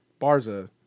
Barza